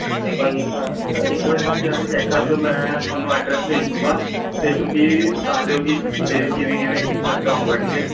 ਅੱਛਾ ਭਾਅ ਜੀ ਇੱਕ ਵਾਰ ਤੁਸੀਂ ਆ ਕੇ ਚੈੱਕ ਕਰ ਲਉ ਮੈਂ ਤੁਹਾਨੂੰ ਐਡਰੈੱਸ ਭੇਜ ਦੂੰਗਾ ਅਤੇ ਤੁਸੀਂ ਦੱਸ ਦਿਓ ਕਿ ਕਿਵੇਂ ਕਿਵੇਂ ਕੀ ਖਰਚਾ ਆਊਂਗਾ ਠੀਕ ਹੈ